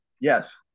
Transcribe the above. Yes